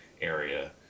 area